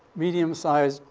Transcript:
medium-sized,